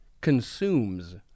consumes